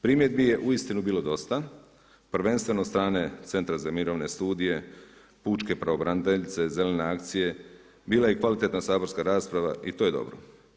Primjedbi je uistinu bilo dosta, prvenstveno od strane Centra za mirovne studije, Pučke pravobraniteljice, Zelene akcije, bila je i kvalitetna saborska rasprava i to je dobro.